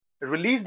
Release